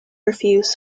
refused